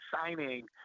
signing